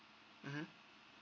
mmhmm